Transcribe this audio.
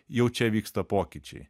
jau čia vyksta pokyčiai